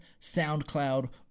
SoundCloud